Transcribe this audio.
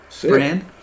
Brand